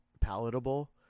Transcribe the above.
palatable